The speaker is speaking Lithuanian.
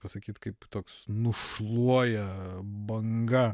pasakyt kaip toks nušluoja banga